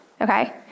okay